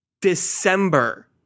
December